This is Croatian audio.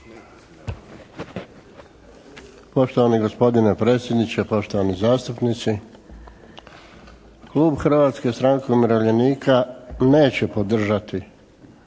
Poštovani gospodine predsjedniče, poštovani zastupnici! Klub Hrvatske stranke umirovljenika neće podržati